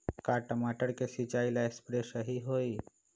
का टमाटर के सिचाई ला सप्रे सही होई?